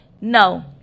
no